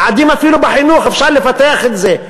יעדים אפילו בחינוך, אפשר לפתח את זה.